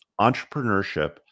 entrepreneurship